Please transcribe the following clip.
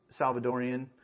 Salvadorian